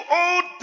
old